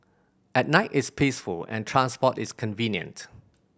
at night it's peaceful and transport is convenient